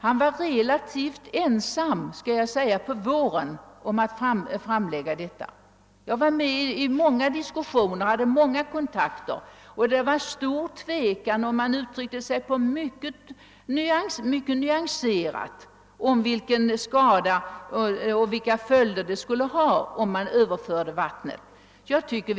Han var under våren relativt ensam om att framlägga dessa synpunkter. Jag var med i flera diskussioner och hade många kontakter med naturvårdsrepresentanter — det rådde stor tvekan, och man uttryckte sig mycket nyanserat om vilka följderna skulle bli, ifall vattnet överfördes.